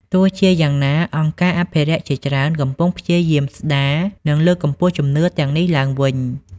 ទោះជាយ៉ាងណា អង្គការអភិរក្សជាច្រើនកំពុងព្យាយាមស្តារ និងលើកកម្ពស់ជំនឿទាំងនេះឡើងវិញ។